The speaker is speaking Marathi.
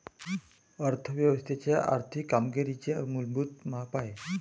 अर्थ व्यवस्थेच्या आर्थिक कामगिरीचे मूलभूत माप आहे